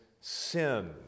sin